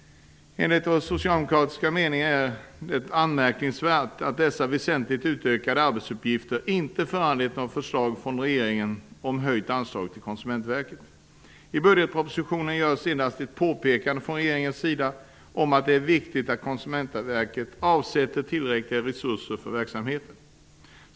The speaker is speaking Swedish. Vi socialdemokrater menar att det är anmärkningsvärt att dessa väsentligt utökade arbetsuppgifter inte föranlett något förslag från regeringen om höjt anslag till Konsumentverket. I budgetpropositionen finns det endast ett påpekande från regeringens sida om att det är viktigt att Konsumentverket avsätter tillräckliga resurser för verksamheten.